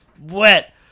wet